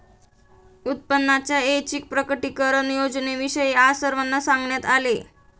उत्पन्नाच्या ऐच्छिक प्रकटीकरण योजनेविषयी आज सर्वांना सांगण्यात आले